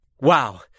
Wow